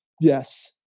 Yes